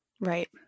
Right